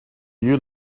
you